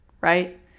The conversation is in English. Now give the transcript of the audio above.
Right